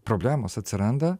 problemos atsiranda